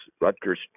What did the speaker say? Rutgers